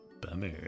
Bummer